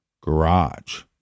garage